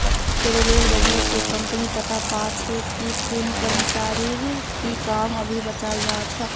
पेरोलेर वजह स कम्पनी पता पा छे कि कुन कर्मचारीर की काम अभी बचाल छ